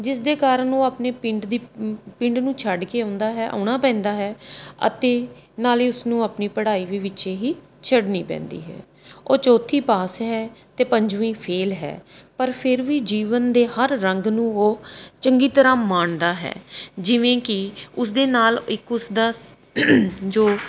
ਜਿਸ ਦੇ ਕਾਰਨ ਉਹ ਆਪਣੇ ਪਿੰਡ ਦੀ ਪਿੰਡ ਨੂੰ ਛੱਡ ਕੇ ਆਉਂਦਾ ਹੈ ਆਉਣਾ ਪੈਂਦਾ ਹੈ ਅਤੇ ਨਾਲੇ ਉਸ ਨੂੰ ਆਪਣੀ ਪੜ੍ਹਾਈ ਵੀ ਵਿੱਚੇ ਹੀ ਛੱਡਣੀ ਪੈਂਦੀ ਹੈ ਉਹ ਚੌਥੀ ਪਾਸ ਹੈ ਅਤੇ ਪੰਜਵੀਂ ਫੇਲ ਹੈ ਪਰ ਫੇਰ ਵੀ ਜੀਵਨ ਦੇ ਹਰ ਰੰਗ ਨੂੰ ਉਹ ਚੰਗੀ ਤਰ੍ਹਾਂ ਮਾਣਦਾ ਹੈ ਜਿਵੇਂ ਕਿ ਉਸ ਦੇ ਨਾਲ ਇੱਕ ਉਸਦਾ ਸ ਜੋ